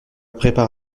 prépare